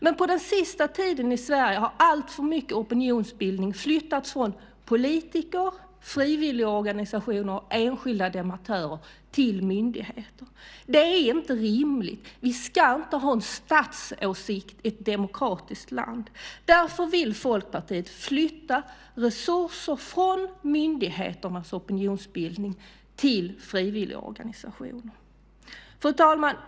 Men på den sista tiden i Sverige har alltför mycket opinionsbildning flyttats från politiker, frivilligorganisationer och enskilda debattörer till myndigheter. Det är inte rimligt. Vi ska inte ha en statsåsikt i ett demokratiskt land. Därför vill Folkpartiet flytta resurser från myndigheternas opinionsbildning till frivilligorganisationer. Fru talman!